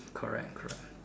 correct correct